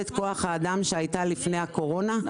כוח האדם שהייתה לפני הקורונה ואנחנו לא מצליחים.